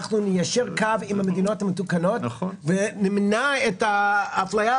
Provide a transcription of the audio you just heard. אנחנו ניישר קו עם המדינות המתוקנות ונמנע את האפליה,